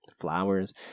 flowers